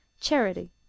charity